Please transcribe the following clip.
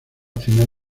final